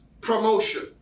promotion